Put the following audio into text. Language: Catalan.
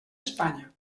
espanya